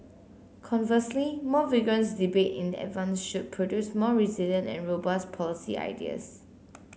conversely more vigorous debate in advance should produce more resilient and robust policy ideas